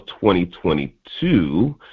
2022